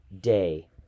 Day